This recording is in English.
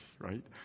right